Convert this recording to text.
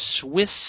Swiss